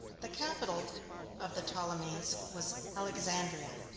the capital of the ptolemies was alexandria.